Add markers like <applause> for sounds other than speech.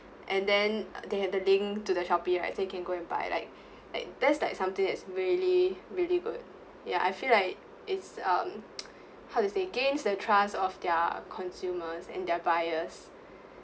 and then <noise> they have the link to the shopee right then you can go and buy like like that's like something that is really really good ya I feel like it's um <noise> how to say gains the trust of their consumers and their buyers